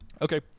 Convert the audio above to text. Okay